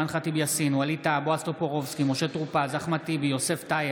אינו נוכח אימאן ח'טיב יאסין,